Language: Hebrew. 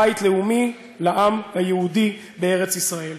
בית לאומי לעם היהודי בארץ ישראל.